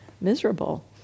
miserable